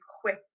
quick